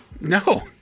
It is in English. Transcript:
No